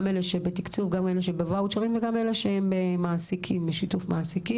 גם אלה שבתקצוב וגם אלה שבשיתוף מעסיקים.